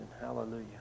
hallelujah